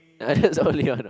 like that only or not